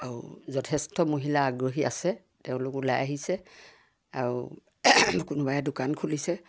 আৰু যথেষ্ট মহিলা আগ্ৰহী আছে তেওঁলোক ওলাই আহিছে আৰু কোনোবাই দোকান খুলিছে